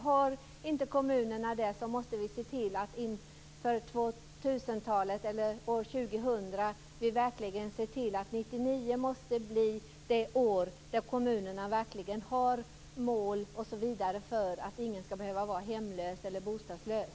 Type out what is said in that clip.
Har inte kommunerna det måste vi inför år 2000 se till att 1999 blir det år då kommunerna verkligen har mål för att ingen skall behöva vara hemlös eller bostadslös.